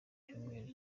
icyumweru